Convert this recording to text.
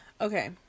Okay